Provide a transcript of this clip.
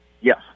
Yes